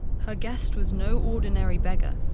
her guest was no ordinary beggar.